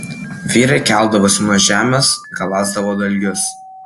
vyrai keldavosi nuo žemės galąsdavo dalgius